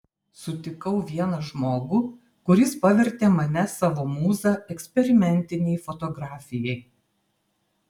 sutikau vieną žmogų kuris pavertė mane savo mūza eksperimentinei fotografijai